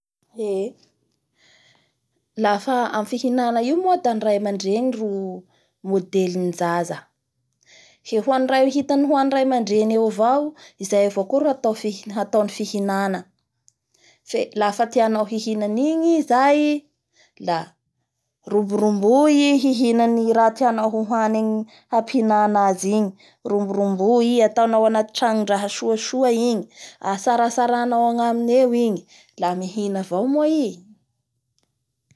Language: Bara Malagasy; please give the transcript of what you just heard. Eee afa amin'ny fihinanan io moa da ny ray amandreny ro modelin'ny zaza ze hoanin'ze hitany hoanin'ny ray amandreny eo avao izay avao koa ro hatao fih-hataony fihinana fe lafa tianao hihina an'igny i zay la roboroboy i hihina any raha tianao hohany amin'ny hapihinanan azy igny roboroboy i ataonao anty tranondraha soasoa igny atsartsaranao agnaminy eo igny la mihina avao moa i!